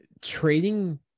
Trading